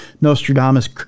Nostradamus